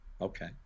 okay